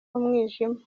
umwijima